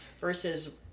Versus